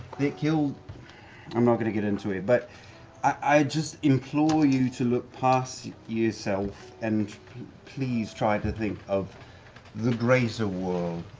they killed i'm not going to get into it. but i implore you to look past yourself and please try to think of the greater world.